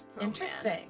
Interesting